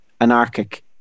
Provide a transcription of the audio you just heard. anarchic